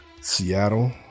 Seattle